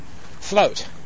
float